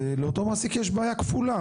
אז לאותו מעסיק יש בעיה כפולה.